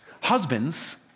Husbands